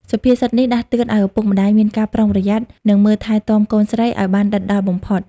សុភាសិតនេះដាស់តឿនឱ្យឪពុកម្ដាយមានការប្រុងប្រយ័ត្ន និងមើលថែទាំកូនស្រីឱ្យបានដិតដល់បំផុត។